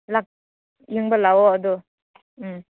ꯂꯥꯛꯅꯤꯡꯕ ꯂꯥꯛꯑꯣ ꯑꯗꯣ ꯎꯝ